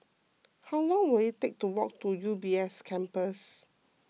how long will it take to walk to U B S Campus